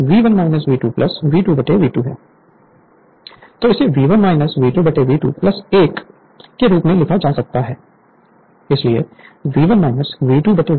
तो इसे V1 V2V2 1 के रूप में लिखा जा सकता है इसलिए V1 V2V2 k है